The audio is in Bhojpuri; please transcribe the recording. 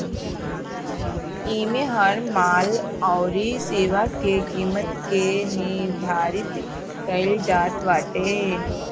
इमे हर माल अउरी सेवा के किमत के निर्धारित कईल जात बाटे